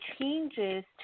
changes